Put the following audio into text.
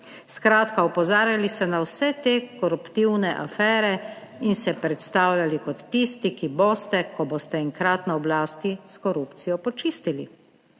Skratka, opozarjali ste na vse te koruptivne afere in se predstavljali kot tisti, ki boste, ko boste enkrat na oblasti, s korupcijo počistili.